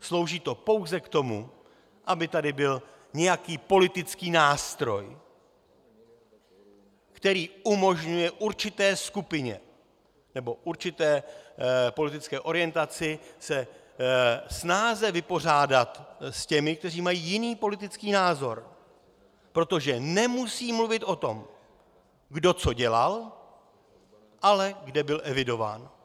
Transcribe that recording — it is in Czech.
Slouží to pouze k tomu, aby tady byl nějaký politický nástroj, který umožňuje určité skupině nebo určité politické orientaci se snáze vypořádat s těmi, kteří mají jiný politický názor, protože nemusí mluvit o tom, kdo co dělal, ale kde byl evidován.